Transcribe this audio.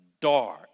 dark